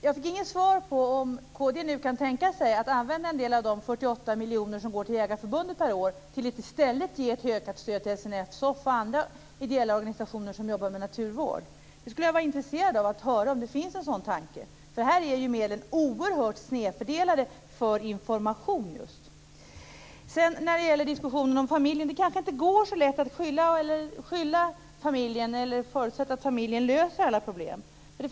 Jag fick inget svar på om kd kan tänka sig att använda en del av de 48 miljoner per år som går till Jägareförbundet till att i stället ge ett ökat stöd till SNF, SOF samt till andra ideella organisationer som jobbar med naturvård. Jag skulle vara intresserad av att höra om det finns en sådan tanke. Här är ju medlen för just information oerhört snedfördelade. I diskussionen om familjen går det kanske inte så lätt att förutsätta att familjen löser alla problem.